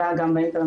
זה היה גם באינטרנט,